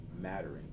mattering